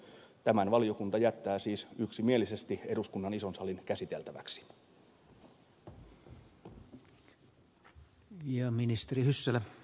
tämän valiokunta jättää siis yksimielisesti eduskunnan ison salin käsiteltäväksi